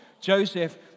Joseph